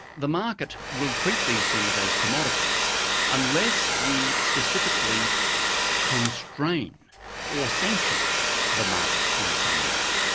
the market will treat these things as commodities unless we specifically constrain or sanction the market in some way.